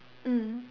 mm